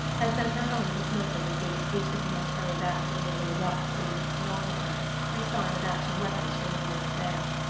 had sent her home in his motor with the excuse that he must hurry back to the nouveau luxe to meet his stenographer and sign a batch of letters for the new york mail.